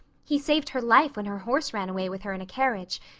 he saved her life when her horse ran away with her in a carriage,